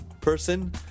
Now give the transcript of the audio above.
person